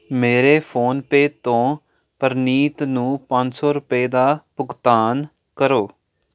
ਮੇਰੇ ਫੋਨਪੇ ਤੋਂ ਪ੍ਰਨੀਤ ਨੂੰ ਪੰਜ ਸੌ ਰੁਪਏ ਦਾ ਭੁਗਤਾਨ ਕਰੋ